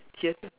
yes